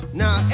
now